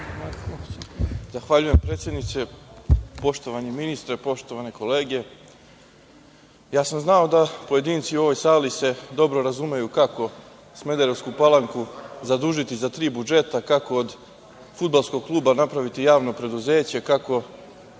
Zahvaljujem, predsednice. Poštovani ministre, poštovane kolege, ja sam znao da se pojedinci u ovoj sali dobro razumeju kako Smederevsku Palanku zadužiti za tri budžeta, kako od fudbalskog kluba napraviti javno preduzeće, kako